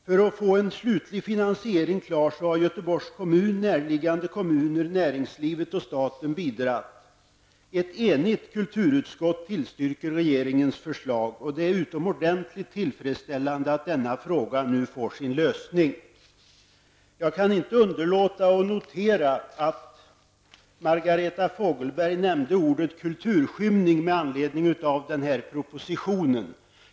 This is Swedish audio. För att få en slutlig finansiering klar har Göteborgs kommun, närliggande kommuner, näringslivet och staten bidragit. Ett enigt kulturutskott tillstyrker regeringens förslag, och det är utomordentligt tillfredsställande att denna frågn nu får sin lösning. Jag kan inte underlåta att notera att Margareta Fogelberg nämnde ordet kulturskymning med anledning av propositionen.